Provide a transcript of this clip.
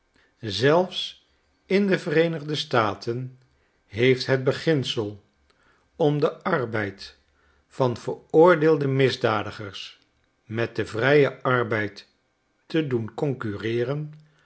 zelfs in de vereenigde staten heeft het beginsel om den arbeid van veroordeelde misdadigers met den vrijen arbeid te doen concurreeren